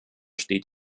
steht